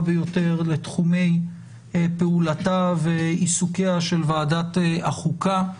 ביותר לתחומי פעולתה ועיסוקיה של ועדת החוקה,